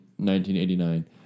1989